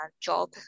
job